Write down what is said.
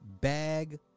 bag